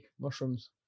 mushrooms